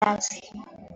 است